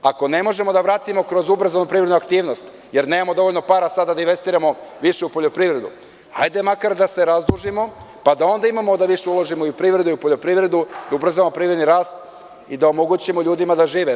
Ako ne možemo da vratimo kroz ubrzanu privrednu aktivnost jer nemamo dovoljno para sada da investiramo više u poljoprivredu hajde makar da se razdužimo pa da onda imamo da više uložimo i u privredu i u poljoprivredu, da ubrzamo privredni rast i da omogućimo ljudima da žive.